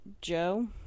joe